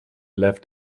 left